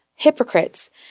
Hypocrites